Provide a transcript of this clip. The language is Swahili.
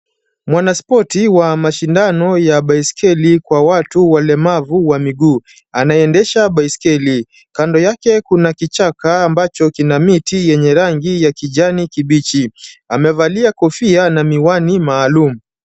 Mwanaspoti wa mashindano ya baisikeli kwa watu walemavu wa miguu anaendesha baisikeli. Kando yake kuna kichaka ambacho kina miti yenye rangi ya kijani kibichi. Amevalia kofia na miwani maalum.